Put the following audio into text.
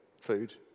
food